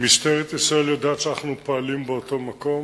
משטרת ישראל יודעת שאנחנו פועלים באותו מקום,